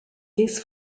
these